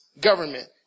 government